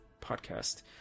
podcast